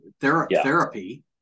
therapy